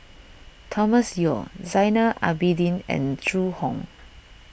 Thomas Yeo Zainal Abidin and Zhu Hong